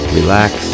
relax